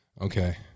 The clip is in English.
Okay